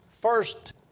first